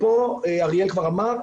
אריאל כבר אמר,